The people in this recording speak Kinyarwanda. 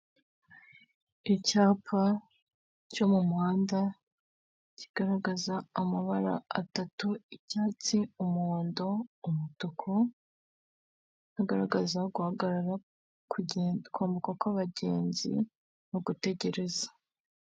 Icyapa cyo mu muhanda kigaragaza amabara atatu; cyatsi, umuhondo, umutuku ugaragaza guhagarara, kwambuka kw'abagenzi, no gutegereza.